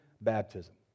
baptism